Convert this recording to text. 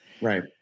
Right